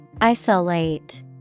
Isolate